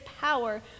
power